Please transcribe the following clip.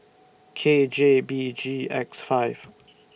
K J B G X five